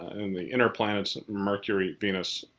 and the inner planets mercury, venus,